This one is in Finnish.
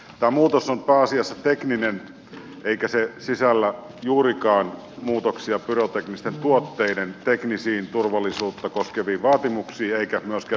tämä muutos on pääasiassa tekninen eikä se sisällä juurikaan muutoksia pyroteknisten tuotteiden teknisiin turvallisuutta koskeviin vaatimuksiin eikä myöskään viranomaistoimintaan